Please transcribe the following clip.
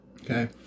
Okay